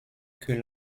que